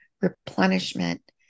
replenishment